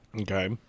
Okay